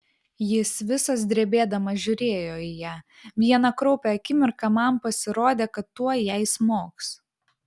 jis visas drebėdamas žiūrėjo į ją vieną kraupią akimirką man pasirodė kad tuoj jai smogs